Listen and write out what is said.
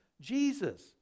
Jesus